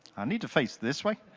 i need to face this way?